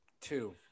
Two